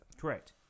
Correct